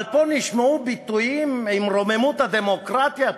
אבל פה נשמעו ביטויים על רוממות הדמוקרטיה,